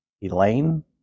Elaine